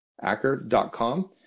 Acker.com